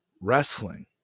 wrestling